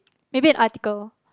maybe an article